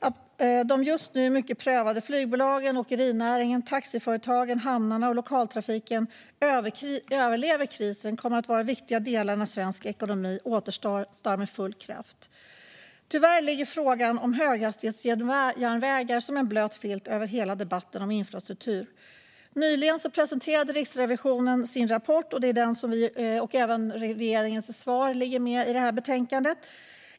Att de just nu hårt prövade flygbolagen, åkeriföretagen, taxiföretagen, hamnarna och lokaltrafiken överlever krisen kommer att vara viktiga delar när svensk ekonomi återstartar med full kraft. Tyvärr ligger frågan om höghastighetsjärnväg som en blöt filt över hela debatten om infrastruktur. Nyligen presenterade Riksrevisionen sin rapport. Även regeringens svar finns med i betänkandet.